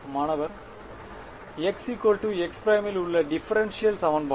மாணவர் xx'இல் உள்ள டிபரென்ஷியல் சமன்பாடு